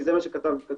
כי זה מה שכתוב בחוק.